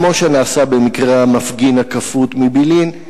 כמו שנעשה במקרה המפגין הכפות מבילעין,